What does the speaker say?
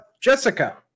Jessica